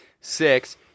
Six